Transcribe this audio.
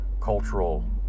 cultural